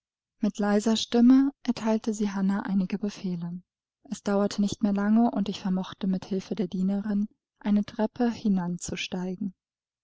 mit leiser stimme erteilte sie hannah einige befehle es dauerte nicht mehr lange und ich vermochte mit hilfe der dienerin eine treppe hinan zu